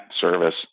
service